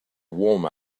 warm